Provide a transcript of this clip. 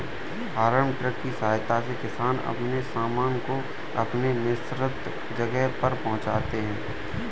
farm truck की सहायता से किसान अपने सामान को अपने निश्चित जगह तक पहुंचाते हैं